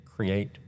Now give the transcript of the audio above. create